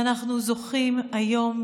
ואנחנו זוכים היום,